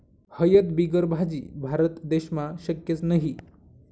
हयद बिगर भाजी? भारत देशमा शक्यच नही